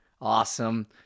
awesome